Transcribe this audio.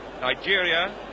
Nigeria